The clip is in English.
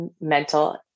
mental